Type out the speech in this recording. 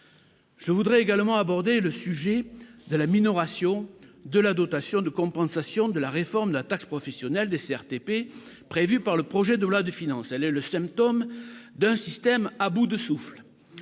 je voudrais également abordé le sujet de la minoration de la dotation de compensation de la réforme de la taxe professionnelle dessert prévue par le projet de loi de finances, elle le symptôme d'un système à bout de souffle,